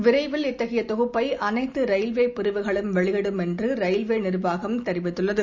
விரைவில் இத்தகைய தொகுப்பை அனைத்து ரயில்வே பிரிவுகளும் வெளியிடும் என்று ரயில்வே ப நிர்வாகம் தெரிவித்துள்ளது